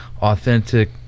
authentic